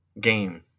game